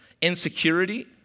insecurity